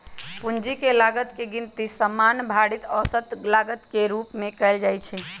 पूंजी के लागत के गिनती सामान्य भारित औसत लागत के रूप में कयल जाइ छइ